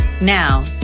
Now